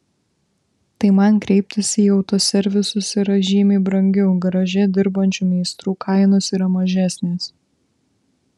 tai man kreiptis į autoservisus yra žymiai brangiau garaže dirbančių meistrų kainos yra mažesnės